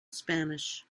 spanish